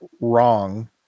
wrong